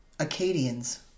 Acadians